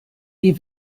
die